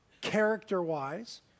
character-wise